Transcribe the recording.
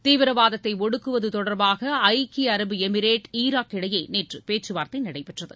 தீவிரவாதத்தை ஒடுக்குவது தொடர்பாக ஐக்கிய அரபு எமிரேட் ஈராக் இடையே நேற்று பேச்சுவார்த்தை நடைபெற்றது